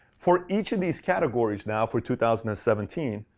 for each of these categories, now, for two thousand and seventeen,